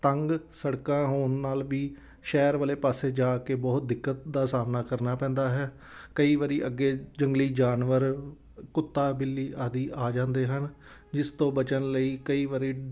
ਤੰਗ ਸੜਕਾਂ ਹੋਣ ਨਾਲ ਵੀ ਸ਼ਹਿਰ ਵਾਲੇ ਪਾਸੇ ਜਾ ਕੇ ਬਹੁਤ ਦਿੱਕਤ ਦਾ ਸਾਹਮਣਾ ਕਰਨਾ ਪੈਂਦਾ ਹੈ ਕਈ ਵਾਰ ਅੱਗੇ ਜੰਗਲੀ ਜਾਨਵਰ ਕੁੱਤਾ ਬਿੱਲੀ ਆਦਿ ਆ ਜਾਂਦੇ ਹਨ ਜਿਸ ਤੋਂ ਬਚਣ ਲਈ ਕਈ ਵਾਰ